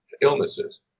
illnesses